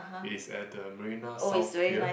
it's at the Marina South Pier